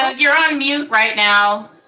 ah you're on mute right now.